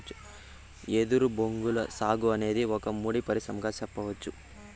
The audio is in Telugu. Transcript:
ఎదురు బొంగుల సాగు అనేది ఒక ముడి పరిశ్రమగా సెప్పచ్చు